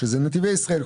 שזה נתיבי ישראל,